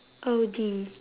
audi